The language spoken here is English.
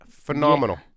phenomenal